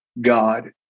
God